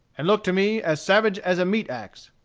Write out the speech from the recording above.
and looked at me as savage as a meat-axe.